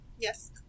Yes